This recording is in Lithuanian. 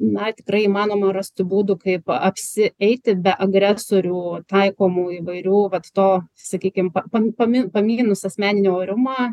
na tikrai įmanoma rasti būdų kaip apsieiti be agresorių taikomų įvairių vat to sakykime pa pamin pamynus asmeninį orumą